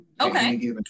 Okay